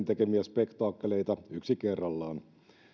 tekemiä spektaakkeleita yksi kerrallaan